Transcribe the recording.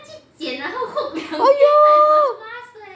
oh no